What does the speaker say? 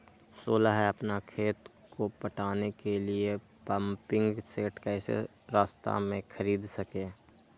सोलह अपना खेत को पटाने के लिए पम्पिंग सेट कैसे सस्ता मे खरीद सके?